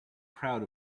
crowd